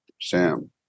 Sam